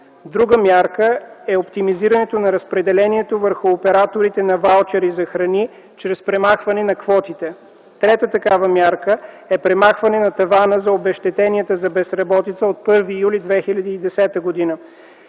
Друга мярка е оптимизирането на разпределението върху операторите на ваучери за храни чрез премахване на квотите. Трета такава мярка е премахване на тавана за обезщетенията за безработица от 1 юли 2010 г.